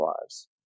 lives